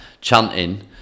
chanting